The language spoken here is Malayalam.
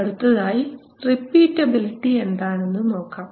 അടുത്തതായി റിപ്പീറ്റബിലിറ്റി എന്താണെന്ന് നോക്കാം